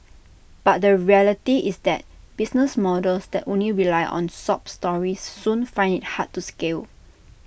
but the reality is that business models that only rely on sob stories soon find IT hard to scale